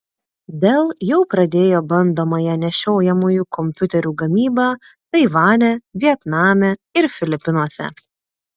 dell jau pradėjo bandomąją nešiojamųjų kompiuterių gamybą taivane vietname ir filipinuose